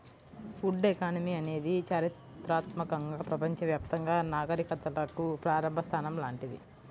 would economy అనేది చారిత్రాత్మకంగా ప్రపంచవ్యాప్తంగా నాగరికతలకు ప్రారంభ స్థానం లాంటిది